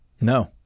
No